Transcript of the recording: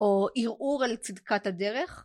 או ערעור על צדקת הדרך